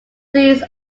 these